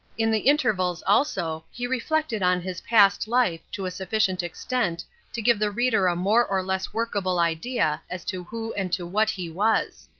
in the intervals, also, he reflected on his past life to a sufficient extent to give the reader a more or less workable idea as to who and to what he was.